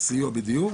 סיוע בדיור